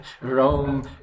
Rome